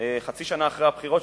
חצי שנה אחרי הבחירות,